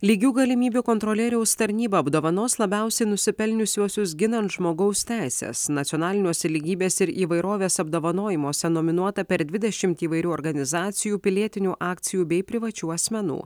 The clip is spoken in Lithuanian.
lygių galimybių kontrolieriaus tarnyba apdovanos labiausiai nusipelniusiuosius ginant žmogaus teises nacionaliniuose lygybės ir įvairovės apdovanojimuose nominuota per dvidešimtį įvairių organizacijų pilietinių akcijų bei privačių asmenų